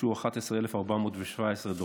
הוגשו 11,417 דוחות.